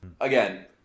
Again